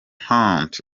hunt